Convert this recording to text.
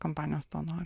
kompanijos to nori